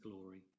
glory